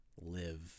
live